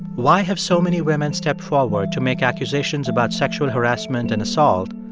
why have so many women stepped forward to make accusations about sexual harassment and assault,